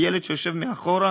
הילד שיושב מאחור,